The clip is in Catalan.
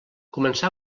començà